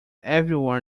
everyone